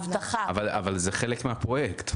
אבל זה חלק מהפרויקט.